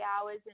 hours